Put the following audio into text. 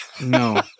No